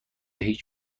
هیچ